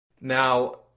Now